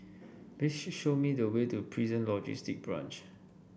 please show me the way to Prison Logistic Branch